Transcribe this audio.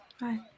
Bye